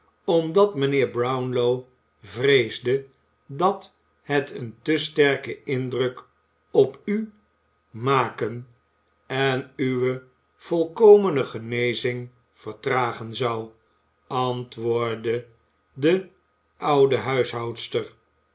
omdat mijnheer brownlow vreesde dat het een te sterken indruk op u maken en uwe volkomene genezing vertragen zou antwoordde de oude